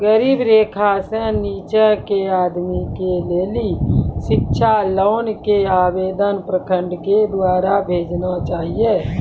गरीबी रेखा से नीचे के आदमी के लेली शिक्षा लोन के आवेदन प्रखंड के द्वारा भेजना चाहियौ?